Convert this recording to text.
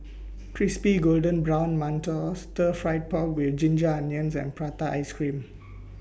Crispy Golden Brown mantou Stir Fried Pork with Ginger Onions and Prata Ice Cream